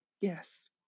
Yes